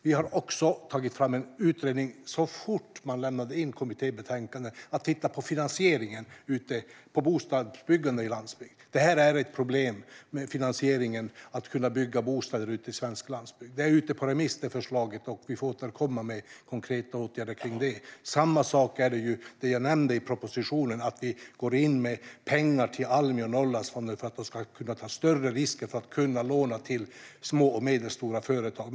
Vi tillsatte en utredning så fort kommittébetänkandet lämnades in för att titta på finansieringen i fråga om bostadsbyggande i landsbygd. Det är ett problem med finansieringen för att kunna bygga bostäder ute i svensk landsbygd. Detta förslag är ute på remiss, och vi får återkomma med konkreta åtgärder kring det. Samma sak gäller det som jag nämnde i propositionen om att vi går in med pengar till Almi och Norrlandsfonden för att de ska kunna ta större risker för att kunna låna till små och medelstora företag.